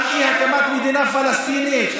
על אי-הקמת מדינה פלסטינית,